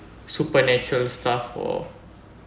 supernatural stuff for